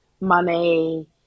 money